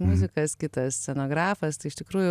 muzikas kitas scenografas tai iš tikrųjų